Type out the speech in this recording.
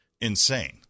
insane